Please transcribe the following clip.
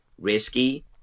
risky